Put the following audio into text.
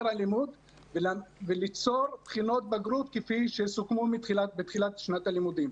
הלימוד וליצור בחינות בגרות כפי שסוכמו בתחילת שנת הלימודים.